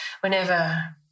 whenever